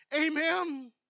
Amen